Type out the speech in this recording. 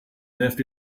left